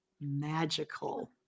magical